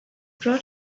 brought